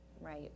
Right